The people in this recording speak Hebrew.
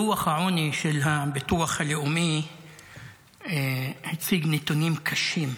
דוח העוני של הביטוח הלאומי הציג נתונים קשים: